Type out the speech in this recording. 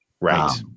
Right